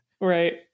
Right